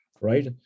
right